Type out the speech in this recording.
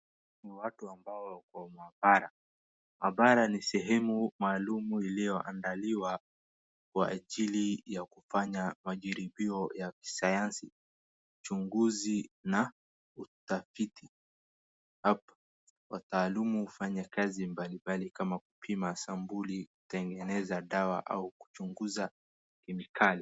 Ni watu ambao wako kwa maabara. Maabara ni sehemu maalumu iliyoandaliwa kwa ajili ya kufanya majaribio ya kisayansi, uchunguzi na utafiti. Hapa wataalumu ufanyakazi mbali mbali kama kupima sampuli, kutengeneza dawa au kuchunguza kemikali.